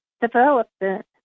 development